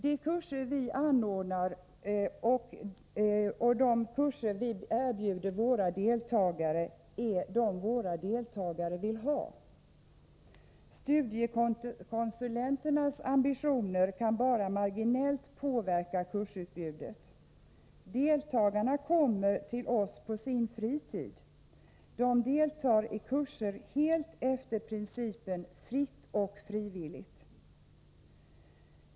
De kurser vi erbjuder är de kurser våra deltagare vill ha. Studiekonsulentens ambitioner kan bara marginellt påverka kursutbudet. Deltagarna kommer till oss på sin fritid. De deltar i kurserna helt efter principen Fritt och Frivilligt.